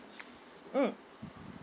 mm